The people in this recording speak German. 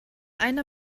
einer